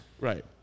right